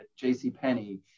JCPenney